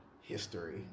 history